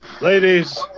Ladies